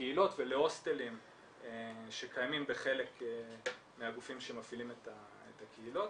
לקהילות ולהוסטלים שקיימים בחלק מהגופים שמפעילים את הקהילות.